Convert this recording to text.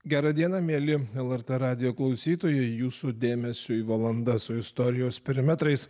gera diena mieli lrt radijo klausytojai jūsų dėmesiui valanda su istorijos perimetrais